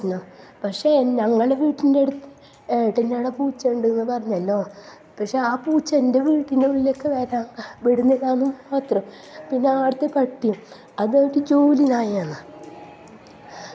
അതാണ് ഈ ഇപ്പോൾ ഇപ്പോഴത്തെ പ്രശ്നം പക്ഷേ ഞങ്ങളുടെ വീട്ടിന്റെ അടുത്ത് എട്ടന്റെ ആടെ പൂച്ച ഉണ്ട് എന്ന് പറഞ്ഞല്ലോ പക്ഷേ ആ പൂച്ച എൻ്റെ വീടിൻ്റെ ഉള്ളിലേക്ക് വരാൻ കാര വിടുന്നില്ല എന്ന് മാത്രം പിന്നെ ആടത്തെ പട്ടിയും അതു ആയിട്ട് ജൂലി നായയാണ്